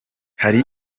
hari